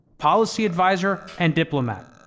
policy advisor and diplomat.